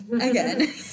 Again